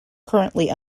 currently